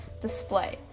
display